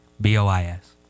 B-O-I-S